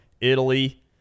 Italy